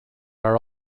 are